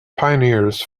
pioneers